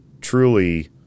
truly